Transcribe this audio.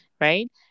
Right